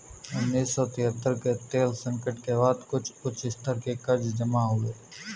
उन्नीस सौ तिहत्तर के तेल संकट के बाद कुछ उच्च स्तर के कर्ज जमा हुए